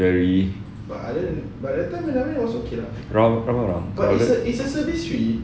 very round round round